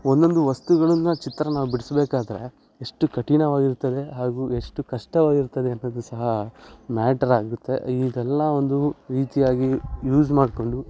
ಒಂದೊಂದು ವಸ್ತುಗಳನ್ನು ಚಿತ್ರ ನಾವು ಬಿಡಿಸ್ಬೇಕಾದ್ರೆ ಎಷ್ಟು ಕಠಿಣವಾಗಿರ್ತದೆ ಹಾಗೂ ಎಷ್ಟು ಕಷ್ಟವಾಗಿರ್ತದೆ ಅನ್ನೋದು ಸಹ ಮ್ಯಾಟರ್ ಆಗುತ್ತೆ ಇದೆಲ್ಲ ಒಂದು ರೀತಿಯಾಗಿ ಯೂಸ್ ಮಾಡಿಕೊಂಡು